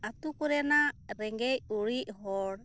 ᱟᱛᱳ ᱠᱚᱨᱮᱱᱟᱜ ᱨᱮᱸᱜᱮᱡ ᱚᱨᱮᱡ ᱦᱚᱲ